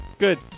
Good